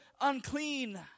unclean